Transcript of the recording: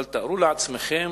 אבל תארו לעצמכם